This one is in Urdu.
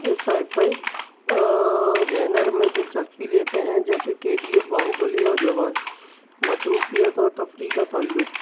سائی فائی جینر میں دلچسپی لیتے ہیں جیسے کے جی ایف باہوبلی اور جوان مصروفیت اور تفریح کا تعلق